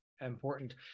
important